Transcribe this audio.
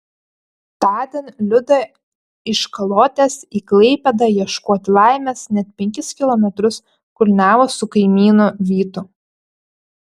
tądien liuda iš kalotės į klaipėdą ieškoti laimės net penkis kilometrus kulniavo su kaimynu vytu